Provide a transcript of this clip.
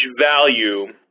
value